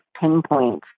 pinpoint